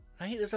right